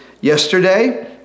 yesterday